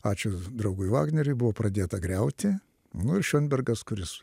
ačiū draugui vagneriui buvo pradėta griauti nu ir šenbergas kuris